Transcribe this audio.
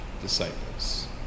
disciples